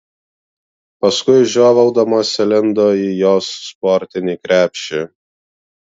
paskui žiovaudamas įlindo į jos sportinį krepšį